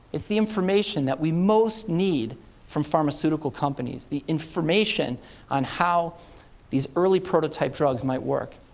it's the information that we most need from pharmaceutical companies, the information on how these early prototype drugs might work.